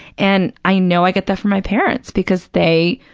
and i know i get that from my parents, because they,